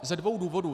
Ze dvou důvodů.